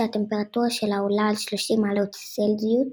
שהטמפרטורה שלה עולה על 30 מעלות צלזיוס,